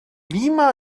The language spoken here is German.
lima